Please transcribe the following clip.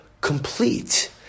complete